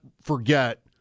forget